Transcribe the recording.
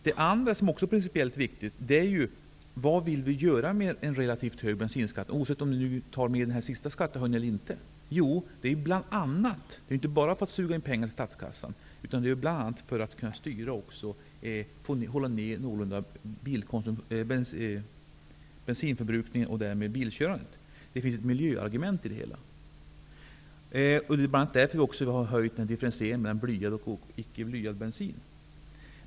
Det andra som också är principiellt viktigt är: Vad vill vi åstadkomma med en relativt hög bensinskatt, oavsett om man tar med den senaste skattehöjningen eller inte? Jo, det är inte bara att suga in pengar till statskassan, utan det är bl.a. att hålla bensinförbrukningen på en lägre nivå och därmed även bilkörningen. Det finns ett miljöargument i det hela. Det är därför vi även har ökat skillnaden i pris mellan blyad och oblyad bensin.